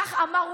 כך אמר.